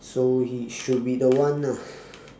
so he should be the one lah